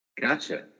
Gotcha